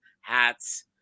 hats